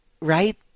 right